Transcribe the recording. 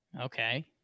Okay